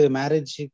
marriage